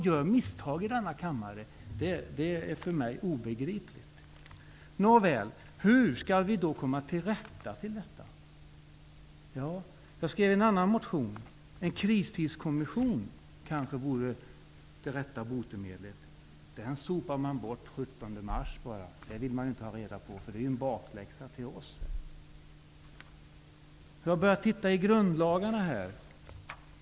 Att ingen i denna kammare gör misstag, är för mig obegripligt. Nåväl, hur skall vi då komma till rätta med detta? Jag skrev en annan motion: en kristidskommission kanske vore det rätta botemedlet? Den sopade man bort den 17 mars. Den ville man inte höra talas om, för att bifalla den vore ju att ge bakläxa åt oss. Jag har tittat i grundlagarna.